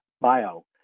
Bio